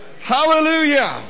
Hallelujah